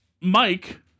mike